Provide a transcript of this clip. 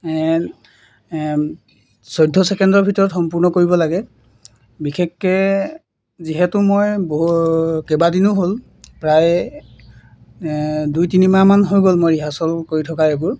চৈধ্য ছেকেণ্ডৰ ভিতৰত সম্পূৰ্ণ কৰিব লাগে বিশেষকৈ যিহেতু মই বহু কেইবাদিনো হ'ল প্ৰায় দুই তিনিমাহমান হৈ গ'ল মই ৰিহাৰ্ছেল কৰি থকা এইবোৰ